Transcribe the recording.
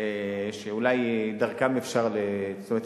אולי דרכם אפשר זאת אומרת,